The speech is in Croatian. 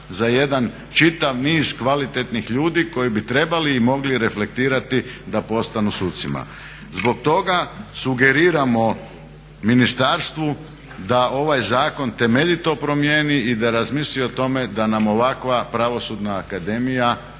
za jedan čitav niz kvalitetnih ljudi koji bi trebali i mogli reflektirati da postanu sucima. Zbog toga sugeriramo ministarstvu da ovaj zakon temeljito promijeni i da razmisli o tome da nam ovakva Pravosudna akademija